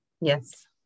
Yes